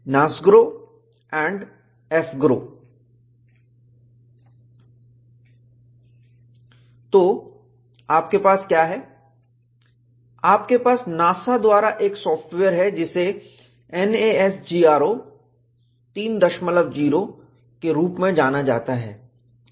NASGRO and AFGROW तो आपके पास क्या है आपके पास नासा द्वारा एक सॉफ्टवेयर है जिसे NASGRO 30 के रूप में जाना जाता है